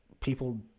people